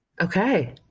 Okay